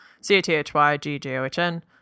C-A-T-H-Y-G-J-O-H-N